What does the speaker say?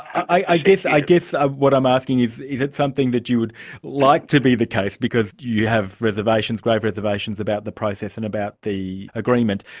i guess i guess ah what i'm asking is is it something that you would like to be the case because you have grave reservations about the process and about the agreement,